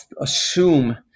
assume